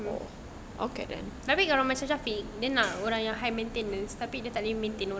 tapi kalau macam shafiq dia nak orang yang high maintenance tapi dia tak boleh maintain orang tu